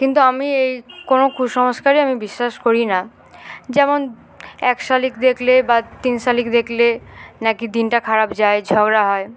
কিন্তু আমি এই কোনো কুসংস্কারে আমি বিশ্বাস করি না যেমন এক শালিক দেখলে বা তিন সালিক দেখলে নাকি দিনটা খারাপ যায় ঝগড়া হয়